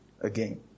Again